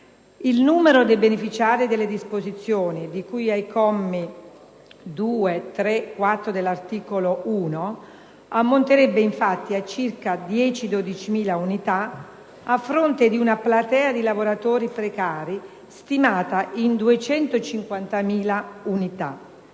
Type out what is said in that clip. Il numero dei beneficiari delle disposizioni di cui ai commi 2, 3 e 4 dell'articolo 1 ammonterebbe infatti a circa 10-12.000 unità, a fronte di una platea di lavoratori precari stimata in 250.000 unità.